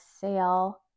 sale